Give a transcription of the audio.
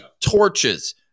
torches